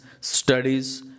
studies